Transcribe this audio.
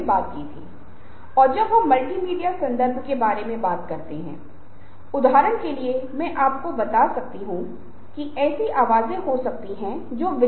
तो आप पाते हैं कि महिलाएं बहुत बार समाधान नहीं चाहती हैं वे चाहती हैं की आप उस समस्या को हल करने के बजाय उन्हें ध्यान से सुनें